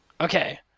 Okay